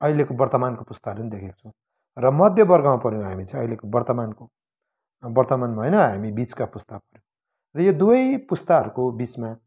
अहिलेको वर्तमानको पुस्ताहरू पनि देखेका छौँ र मध्यवर्गमा पऱ्यौँ हामी चाहिँ अहिलेको वर्तमानको वर्तमानमा होइन हामी बिचका पुस्ता पऱ्यौँ र यो दुवै पुस्ताहरूको बिचमा